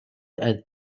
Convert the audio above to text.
and